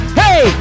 hey